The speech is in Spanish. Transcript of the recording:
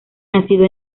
nacido